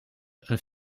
een